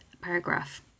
paragraph